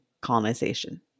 colonization